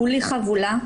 כולי חבולה.